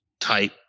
type